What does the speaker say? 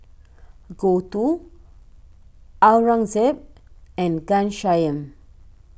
Gouthu Aurangzeb and Ghanshyam